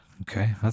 Okay